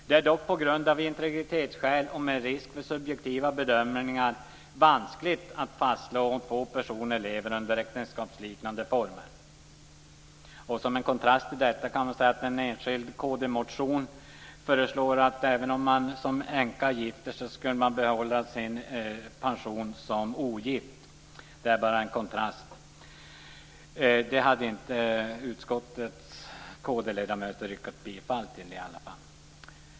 Det är dock av integritetsskäl och med tanke på risken för subjektiva bedömningar vanskligt att fastslå om två personer lever i äktenskapsliknande former. Som en kontrast till detta kan sägas att det i en enskild kd-motion föreslås att man, även om man som änka gifter sig, ska få behålla sin pension som vore man ogift. Utskottets kd-ledamöter har inte tillstyrkt den motionen.